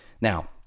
Now